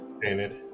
painted